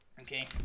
Okay